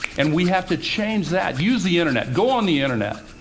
and we have to change that. use the internet. go on the internet.